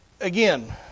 again